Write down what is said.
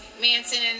Manson